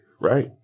right